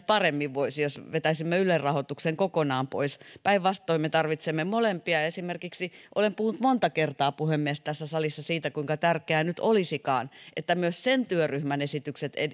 paremmin voisi jos vetäisimme ylen rahoituksen kokonaan pois päinvastoin me tarvitsemme molempia olen puhunut monta kertaa puhemies tässä salissa esimerkiksi siitä kuinka tärkeää nyt olisikaan että myös sen työryhmän esitykset